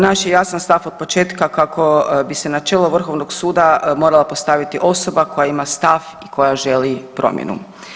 Naš je jasan stav od početka kako bi se na čelo Vrhovnog suda morala postaviti osoba koja ima stav i koja želi promjenu.